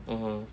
mmhmm